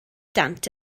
dant